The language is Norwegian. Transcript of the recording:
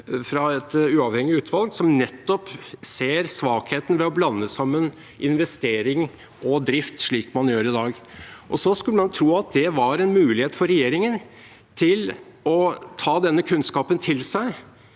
fra et uavhengig utvalg som nettopp ser svakheten ved å blande sammen investering og drift slik man gjør i dag. Man skulle tro det var en mulighet for regjeringen til å ta denne kunnskapen til seg